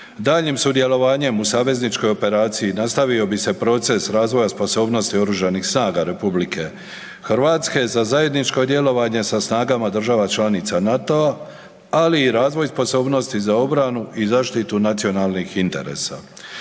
Daljnjim sudjelovanjem u savezničkoj operaciji nastavio bi se proces razvoja sposobnosti Oružanih snaga RH za zajedničko djelovanje sa snagama država članica NATO-a, ali i razvoj sposobnosti za obranu i zaštitu nacionalnih interesa.